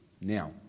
Now